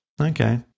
Okay